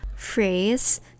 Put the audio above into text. Phrase